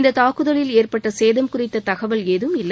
இந்தத் தாக்குதலில் ஏற்பட்ட சேதம் குறித்த தகவல் ஏதுவும் இல்லை